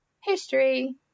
history